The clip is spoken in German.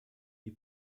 die